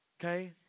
Okay